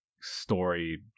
story